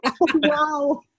Wow